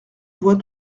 vois